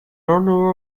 honor